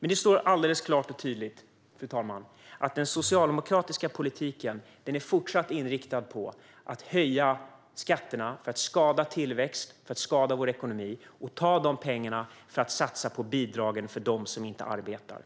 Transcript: Det står alldeles klart, fru talman, att den socialdemokratiska politiken är fortsatt inriktad på att höja skatterna för att skada vår tillväxt och vår ekonomi och ta de pengarna för att satsa på bidragen för dem som inte arbetar.